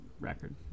Record